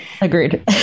Agreed